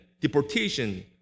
deportation